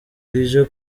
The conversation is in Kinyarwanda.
rije